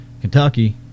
kentucky